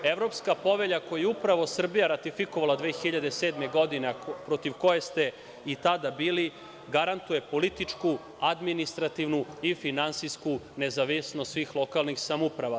Evropska povelja koju je upravo Srbija ratifikovala 2007. godine, a protiv koje ste i tada bili, garantuje političku, administrativnu i finansijsku nezavisnost svih lokalnih samouprava.